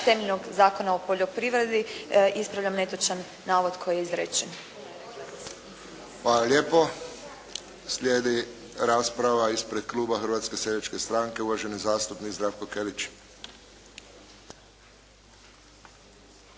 temeljnog zakona o poljoprivredi, ispravljam netočan navod koji je izrečen. **Friščić, Josip (HSS)** Hvala lijepo. Slijedi rasprava ispred kluba Hrvatske seljačke stranke, uvaženi zastupnik Zdravko Kelić.